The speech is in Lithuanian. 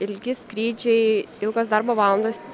ilgi skrydžiai ilgos darbo valandos